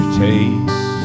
taste